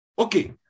Okay